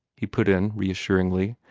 he put in reassuringly.